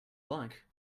like